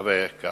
חבר יקר.